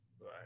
Right